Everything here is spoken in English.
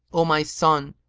o my son,